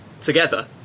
Together